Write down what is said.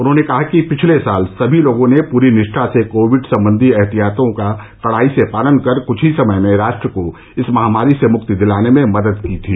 उन्होंने कहा कि पिछले साल सभी लोगों ने पूरी निष्ठा से कोविड सम्बंधी एहतियातों का कड़ाई से पालन कर क्छ ही समय में राष्ट्र को इस महामारी से मुक्ति दिलाने में मदद की थी